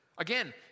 Again